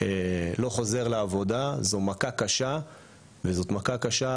לא חוזר לעבודה - זו מכה קשה וזו מכה קשה